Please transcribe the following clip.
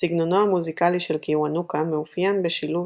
סגנונו המוזיקלי של קיוונוקה מאופיין בשילוב